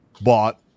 bought